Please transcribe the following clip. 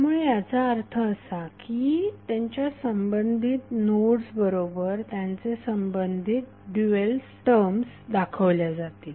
त्यामुळे याचा अर्थ असा की त्यांच्या संबंधित नोड्सबरोबर त्यांचे संबंधित ड्यूएल्स टर्म्स दाखवल्या जातील